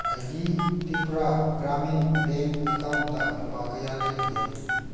ꯑꯩꯒꯤ ꯇ꯭ꯔꯤꯄꯨꯔꯥ ꯒ꯭ꯔꯥꯃꯤꯟ ꯕꯦꯡ ꯑꯦꯀꯥꯎꯟꯗ ꯂꯨꯄꯥ ꯀꯌꯥ ꯂꯩꯕꯒꯦ